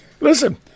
Listen